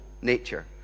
nature